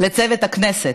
לצוות הכנסת,